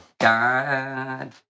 God